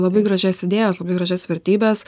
labai gražias idėjas labai gražias vertybes